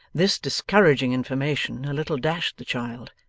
this discouraging information a little dashed the child,